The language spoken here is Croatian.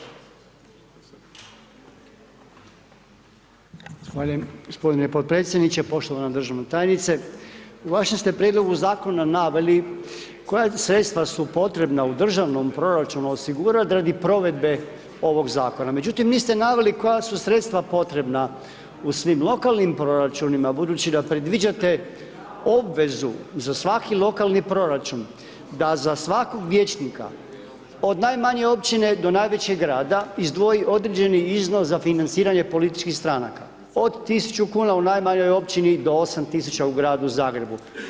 Zahvaljujem gospodine podpredsjedniče, poštovana državan tajnice, u vašem ste prijedlogu zakona naveli koja sredstva su potrebna u državnom proračunu osigurat radi provedbe ovog zakona, međutim niste naveli koja su sredstva potrebna u svim lokalnim proračunima budući da predviđate obvezu za svaki lokalni proračun da za svakog vijećnika od najmanje općine do najvećeg grada izdvoji određeni iznos za financiranje političkih stranka, od 1.000 kuna u najmanjoj općini do 8.000 u Gradu Zagrebu.